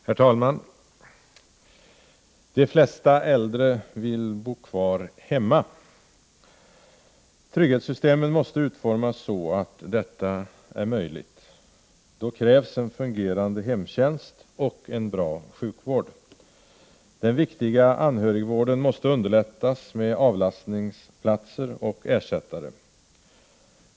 Herr talman! De flesta äldre vill bo kvar hemma. Trygghetssystemen måste utformas så, att detta är möjligt. Då krävs en fungerande hemtjänst och en bra sjukvård. Den viktiga anhörigvården måste underlättas med avlastningsplatser och ersättare.